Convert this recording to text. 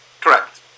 Correct